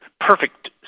perfect